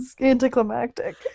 anticlimactic